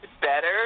better